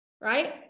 right